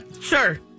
sure